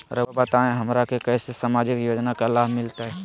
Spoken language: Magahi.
रहुआ बताइए हमरा के कैसे सामाजिक योजना का लाभ मिलते?